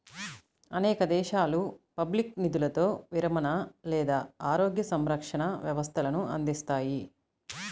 అనేక దేశాలు పబ్లిక్గా నిధులతో విరమణ లేదా ఆరోగ్య సంరక్షణ వ్యవస్థలను అందిస్తాయి